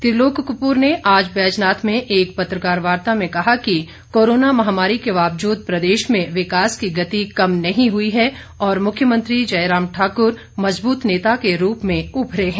त्रिलोक कप्र ने आज बैजनाथ में एक पत्रकारवार्ता में कहा कि कोरोना महामारी के बावजूद प्रदेश में विकास की गति कम नहीं हुई है और मुख्यमंत्री जयराम ठाकुर मजबूत नेता के रूप में उभरे हैं